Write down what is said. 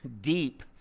deep